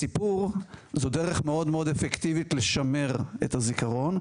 סיפור זו דרך מאוד אפקטיבית לשמר את הזכרון.